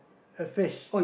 a fish